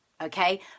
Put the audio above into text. okay